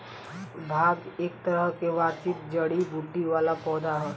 भांग एक तरह के वार्षिक जड़ी बूटी वाला पौधा ह